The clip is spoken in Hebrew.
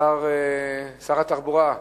שר התחבורה,